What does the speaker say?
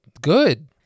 Good